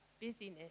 busyness